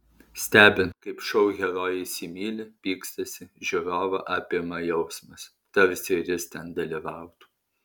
stebint kaip šou herojai įsimyli pykstasi žiūrovą apima jausmas tarsi ir jis ten dalyvautų